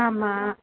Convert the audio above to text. ஆமாம்